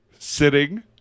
sitting